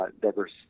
diverse